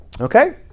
Okay